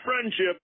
friendship